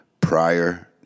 prior